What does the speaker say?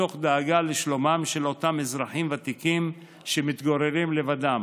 מתוך דאגה לשלומם של אותם אזרחים ותיקים שמתגוררים לבדם.